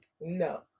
No